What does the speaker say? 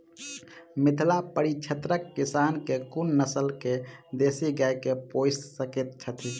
मिथिला परिक्षेत्रक किसान केँ कुन नस्ल केँ देसी गाय केँ पोइस सकैत छैथि?